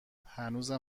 هنوزم